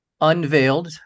Unveiled